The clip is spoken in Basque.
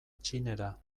txinera